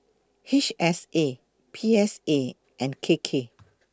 H S A P S A and K K